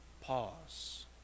pause